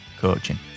coaching